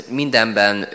mindenben